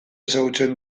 ezagutzen